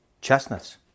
chestnuts